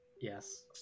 Yes